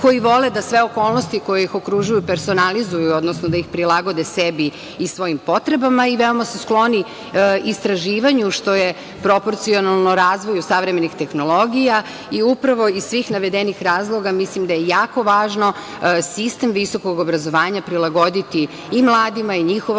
koji vole da sve okolnosti koje ih okružuju personalizuju, odnosno da ih prilagode sebi i svojim potrebama i veoma su skloni istraživanju, što je proporcionalno razvoju savremenih tehnologija. Upravo iz svih navedenih razloga, mislim da je jako važno sistem visokog obrazovanja prilagoditi i mladima i njihovom